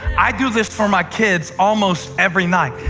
i do this for my kids almost every night,